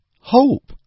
HOPE